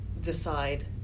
decide